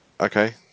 okay